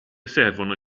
servono